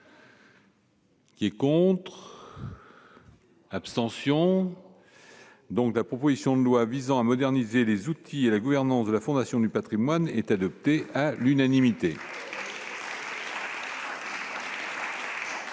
Qui est contre l'abstention. Donc va, proposition de loi visant à moderniser les outils et la gouvernance de la Fondation du Patrimoine est adopté à l'unanimité.